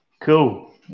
Cool